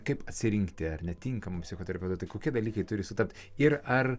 kaip atsirinkti ar netinka mums psichoterapeutai tai kokie dalykai turi sutapti ir ar